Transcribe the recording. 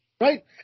Right